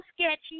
sketchy